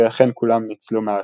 ולכן כולם ניצלו מהמתקפה.